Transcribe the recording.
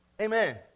Amen